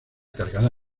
cargada